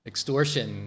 Extortion